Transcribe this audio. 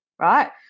right